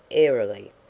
airily.